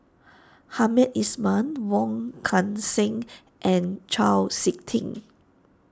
Hamed Ismail Wong Kan Seng and Chau Sik Ting